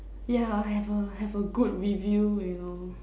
yeah have a have a good review you know